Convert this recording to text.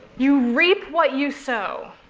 you reap what you sow?